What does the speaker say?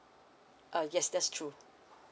uh yes that's true